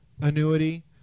annuity